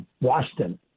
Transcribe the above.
Washington